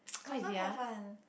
confirm have one